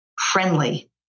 friendly